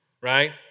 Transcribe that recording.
right